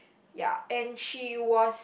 ya and she was